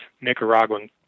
Nicaraguan